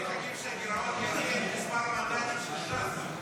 מחכים שהגירעון יגיע למספר המנדטים של ש"ס,